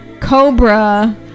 Cobra